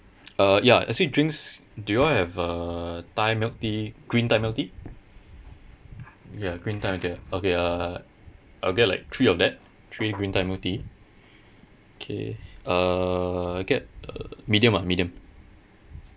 uh ya actually drinks do you all have a thai milk tea green thai milk tea ya green thai milk tea okay uh I'll get like three of that three green thai milk tea okay uh get uh medium ah medium